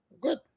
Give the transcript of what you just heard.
good